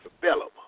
develop